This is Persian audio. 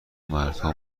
مردها